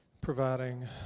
providing